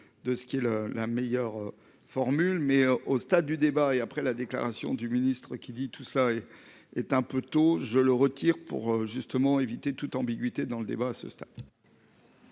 De ce qui est le, la meilleure formule mais au stade du débat et après la déclaration du ministre qui dit, tout cela est est un peu tôt, je le retire pour justement éviter toute ambiguïté dans le débat ce stade.